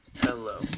Hello